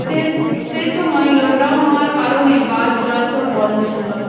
সে সেই সময় লকডাউন হওয়ার কারণে বাস চলাচল বন্ধ ছিলো